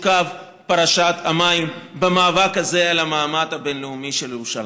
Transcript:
קו פרשת המים במאבק הזה על המעמד הבין-לאומי של ירושלים.